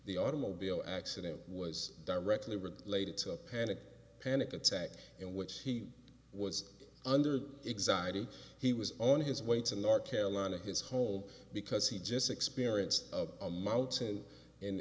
the automobile accident was directly related to a panic panic attack in which he was under the executive he was on his way to north carolina his whole because he just experienced of a mountain